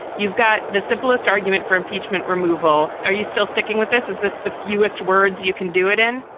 you've got the simplest argument for impeachment removal. are you still sticking with this? is this the fewest words you can do it in?